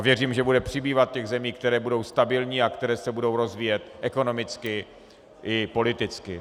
Věřím, že bude přibývat těch zemí, které budou stabilní a které se budou rozvíjet ekonomicky i politicky.